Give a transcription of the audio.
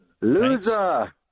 Loser